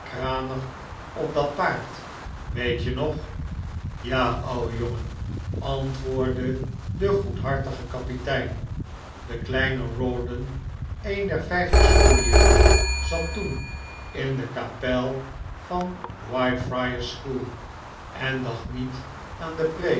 op dat paard weet je nog ja ouwe jongen antwoordde de goedhartige kapitein de kleine rawdon een der vijftig scholieren zat toen in de kapel van whitefriars school en dacht niet aan de